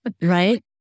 Right